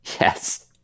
Yes